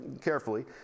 carefully